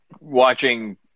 watching